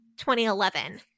2011